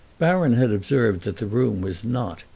baron had observed that the room was not,